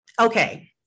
Okay